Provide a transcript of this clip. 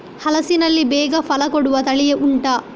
ಹಲಸಿನಲ್ಲಿ ಬೇಗ ಫಲ ಕೊಡುವ ತಳಿ ಉಂಟಾ